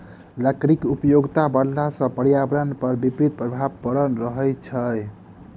लकड़ीक उपयोगिता बढ़ला सॅ पर्यावरण पर विपरीत प्रभाव पड़ि रहल छै